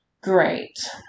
Great